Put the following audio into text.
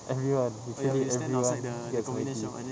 everyone including everyone has maggi